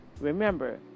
remember